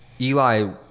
Eli